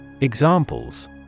Examples